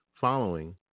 following